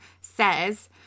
says